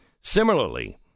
Similarly